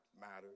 matters